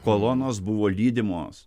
kolonos buvo lydimos